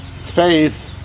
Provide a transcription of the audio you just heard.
Faith